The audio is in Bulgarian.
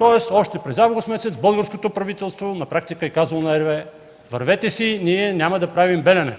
и още през август месец българското правителство на практика е казало на РWE – вървете си, ние няма да правим „Белене”!